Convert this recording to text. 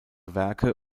werke